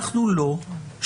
אנחנו לא שם.